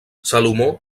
salomó